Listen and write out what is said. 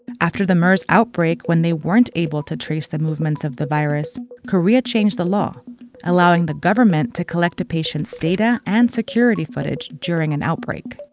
after the mers outbreak, they weren't able to trace the movements of the virus, korea changed the law allowing the government to collect a patient's data and security footage during an outbreak.